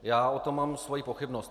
Já o tom mám svoji pochybnost.